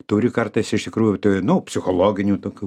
turi kartais iš tikrųjų nu psichologinių tokių